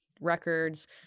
records